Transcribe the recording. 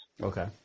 Okay